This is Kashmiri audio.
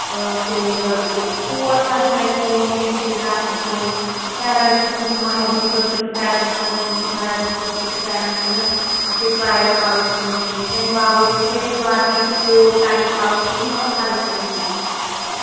سُوٕنۍ لڑکہٕ کوٹ حظ چھُ اَسہِ سُوُن قمیٖض یِزار چھِ سُوٕنۍ پھٮ۪رن چھُ سُوُن مہرنہِ خٲطرٕ چھُ پھٮ۪رن سُوُن مہارازس خٲطرٕ چھُ پھٮ۪رن سُوُن اَسہِ ٲسۍ وارِیاہ پَلو سُوٕنٮ۪ن تَمہِ باوجوٗد چھُ اَسہِ باقین تہِ کوٹ ٹایپ پَلو سُوٕنۍ مطلب ہرکٲنٛسہِ